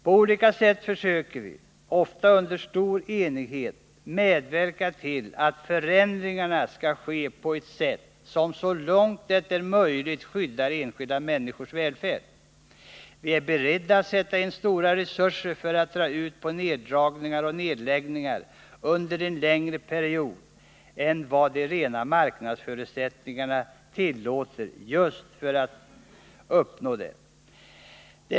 På olika sätt försöker vi, ofta under stor enighet, medverka till att förändringarna kan ske på ett sätt som så långt det är möjligt skyddar enskilda människors välfärd. Vi är beredda att sätta in stora resurser för att dra ut på neddragningar och nedläggningar under en längre period än vad de rena marknadsförutsättningarna tillåter just för att uppnå detta syfte.